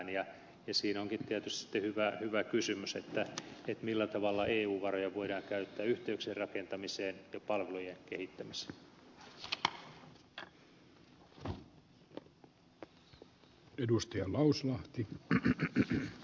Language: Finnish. siinä onkin sitten tietysti hyvä kysymys millä tavalla eu varoja voidaan käyttää yhteyksien rakentamiseen ja palvelujen kehittämiseen